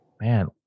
Man